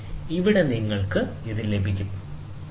ഇവിടെ നിങ്ങൾക്ക് ഇത് ലഭിക്കും ശരി